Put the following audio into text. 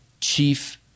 Chief